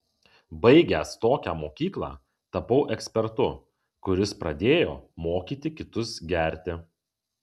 baigęs tokią mokyklą tapau ekspertu kuris pradėjo mokyti kitus gerti